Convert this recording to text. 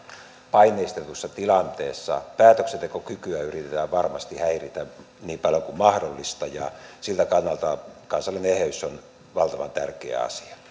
paineistetussa tilanteessa päätöksentekokykyä yritetään varmasti häiritä niin paljon kuin mahdollista ja siltä kannalta kansallinen eheys on valtavan tärkeä asia